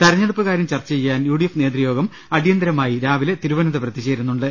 തെരഞ്ഞെടുപ്പുകാര്യം ചർച്ച ചെയ്യാൻ യു ഡി എഫ് നേതൃയോഗം അടിയന്തര മായി രാവിലെ തിരുവനന്തപുരത്ത് ചേരുന്നുണ്ട്